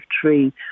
tree